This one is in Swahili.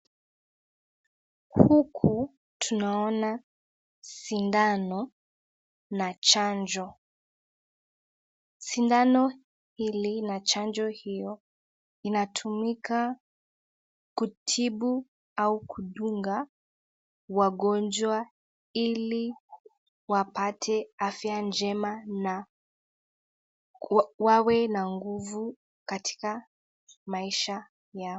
Huku tunaona shindano na chanjo. Shindano hili na chanjo hiyo inatumika kutibu au kunduga, wagonjwa ili wapate afya njema na wawe na nguvu katika maisha yao.